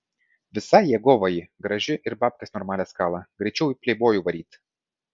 visai jėgova ji graži ir babkes normalias kala greičiau į pleibojų varyt